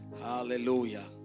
Hallelujah